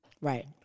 right